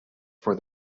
for